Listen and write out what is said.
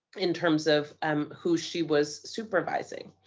in terms of um who she was supervising.